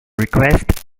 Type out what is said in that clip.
request